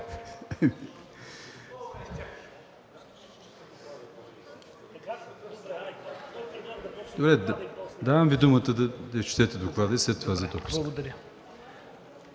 г. Давам Ви думата да изчетете Доклада и след това за допуск.